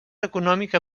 econòmica